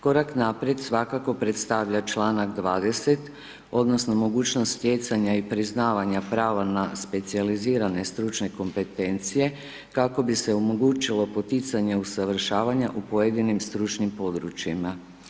Korak naprijed, svakako predstavlja članak 20. odnosno mogućnost stjecanja i priznavanja prava na specijalizirane stručne kompetencije kako bi se omogućilo poticanje usavršavanja u pojedinim stručnim područjima.